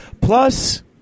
Plus